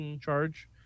charge